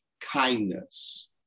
kindness